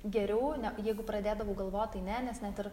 geriau ne jeigu pradėdavau galvot tai ne nes net ir